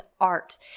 art